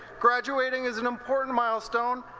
graduating is an important milestone.